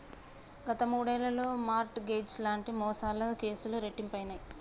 గత మూడేళ్లలో mortgage లాంటి మోసాల కేసులు రెట్టింపయినయ్